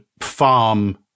farm